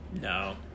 No